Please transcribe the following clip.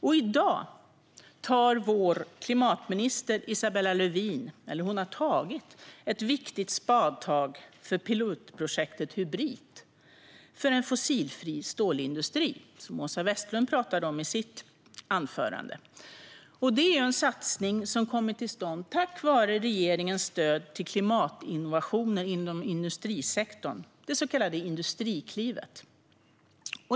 I dag har vår klimatminister Isabella Lövin tagit ett viktigt spadtag för pilotprojektet Hybrit för en fossilfri stålindustri. Åsa Westlund talade om det i sitt anförande. Det är en satsning som har kommit till stånd tack vare regeringens stöd till klimatinnovationer inom industrisektorn, det så kallade Industriklivet.